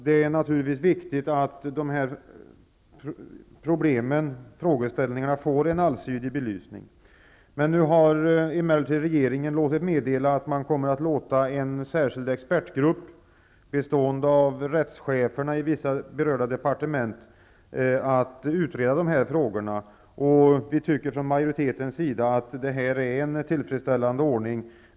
Det är viktigt att problemen belyses allsidigt. Nu har emellertid regeringen låtit meddela att en särskild expertgrupp, bestående av rättscheferna i vissa departement, får utreda dessa frågor. Från majoritetens sida tycker vi att detta är en tillfredsställande ordning.